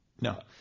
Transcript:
No